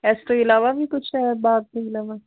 ਇਸ ਤੋਂ ਇਲਾਵਾ ਵੀ ਕੁਛ ਹੈ ਬਾਗ ਤੋਂ ਇਲਾਵਾ